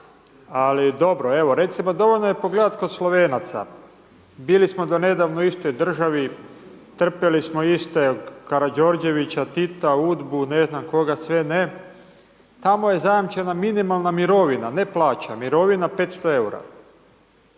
Ali dobro, evo recimo dovoljno je pogledat kod Slovenaca, bili smo do nedavno u istoj državi, trpjeli smo iste Karađorđevića, Tita, UDBU, ne znam koga sve ne, tamo je zajamčena minimalna mirovina, ne plaća, mirovina 500 EUR-a.